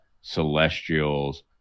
celestials